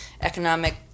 economic